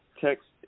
text